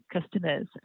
customers